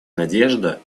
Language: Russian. надежда